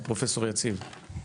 פרופ' יציב,